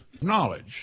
knowledge